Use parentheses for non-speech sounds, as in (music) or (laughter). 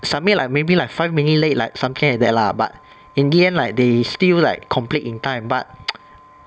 submit like maybe like five minute late like something like that lah but in the end like they still like complete in time but (noise)